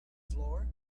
floor